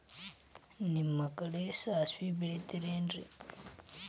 ನಿಮ್ಮ ಕಡೆ ಸಾಸ್ವಿ ಬೆಳಿತಿರೆನ್ರಿ?